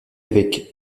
avec